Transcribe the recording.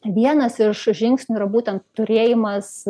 vienas iš žingsnių yra būtent turėjimas